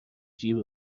جیب